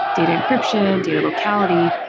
data encryption, data locality?